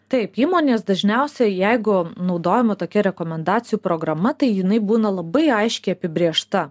taip įmonės dažniausia jeigu naudojama tokia rekomendacijų programa tai jinai būna labai aiškiai apibrėžta